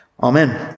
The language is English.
Amen